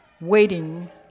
waiting